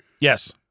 Yes